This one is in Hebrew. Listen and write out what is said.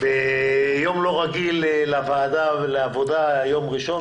ביום לא רגיל לוועדה ולעבודה, יום ראשון.